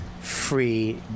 free